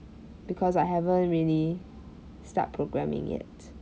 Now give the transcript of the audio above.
because I haven't really start programming yet